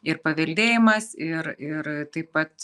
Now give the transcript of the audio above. ir paveldėjimas ir ir taip pat